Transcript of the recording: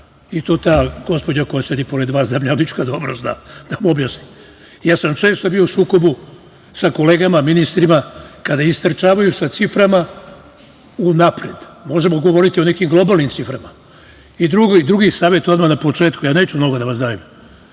i to ta gospođa koja sedi pored vas dobro zna, pa neka vam objasni. Često sam bio u sukobu sa kolegama ministrima kada istrčavaju sa ciframa unapred. Možemo govoriti o nekim globalnim ciframa. Drugi savet odmah na početku, neću mnogo da vas davim,